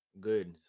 good